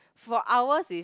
for ours is